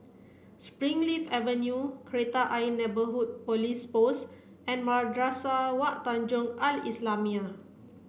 Springleaf Avenue Kreta Ayer Neighbourhood Police Post and Madrasah Wak Tanjong Al islamiah